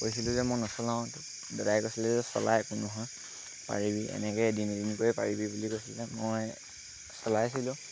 কৈছিলোঁ যে মই নচলাওঁ দাদাই কৈছিলে যে চলা একো নহয় পাৰিবি এনেকৈ এদিন এদিনকৈ পাৰিবি বুলি কৈছিলে মই চলাইছিলোঁ